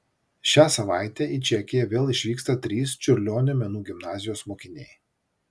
šią savaitę į čekiją vėl išvyksta trys čiurlionio menų gimnazijos mokiniai